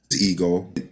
ego